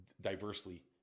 diversely